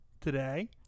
today